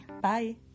Bye